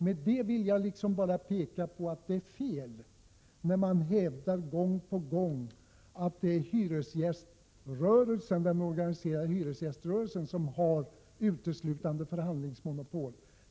Med det vill jag bara visa på att det är fel när man gång på gång hävdar att den organiserade hyresgäströrelsen har förhandlingsmonopol.